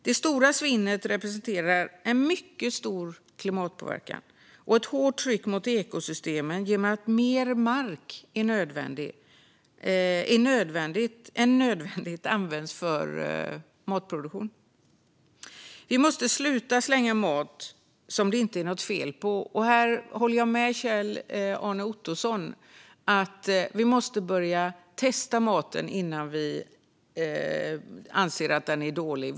Det stora svinnet representerar en mycket stor klimatpåverkan och ett hårt tryck mot ekosystemen genom att mer mark än nödvändigt används för matproduktion. Vi måste sluta slänga mat som det inte är något fel på. Och här håller jag med Kjell-Arne Ottosson om att vi måste börja testa maten innan vi anser att den är dålig.